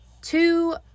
Two